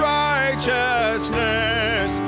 righteousness